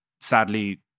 sadly